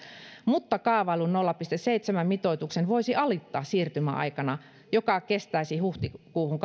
mutta kaavaillun nolla pilkku seitsemän mitoituksen voisi alittaa siirtymäaikana joka kestäisi huhtikuuhun